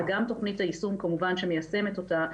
וגם תכנית היישום כמובן שמיישמת אותה,